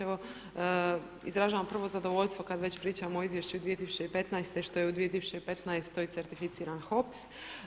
Evo izražavam prvo zadovoljstvo kada već pričamo o Izvješću 2015. i što je u 2015. certificiran HOPS.